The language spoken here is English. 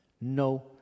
No